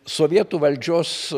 sovietų valdžios